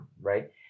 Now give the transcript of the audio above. right